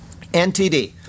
NTD